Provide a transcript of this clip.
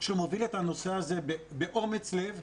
שמוביל את הנושא הזה באומץ לב.